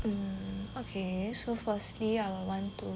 mm okay so firstly I will want to